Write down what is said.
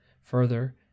Further